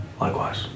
Likewise